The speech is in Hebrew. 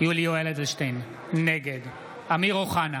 יולי יואל אדלשטיין, נגד אמיר אוחנה,